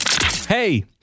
Hey